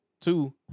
Two